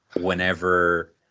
whenever